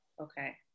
Okay